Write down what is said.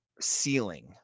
ceiling –